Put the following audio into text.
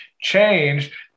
change